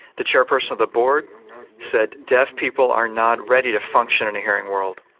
the chairperson of the board said deaf people are not ready to function in a hearing world.